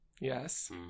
Yes